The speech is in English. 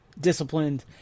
disciplined